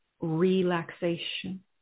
Relaxation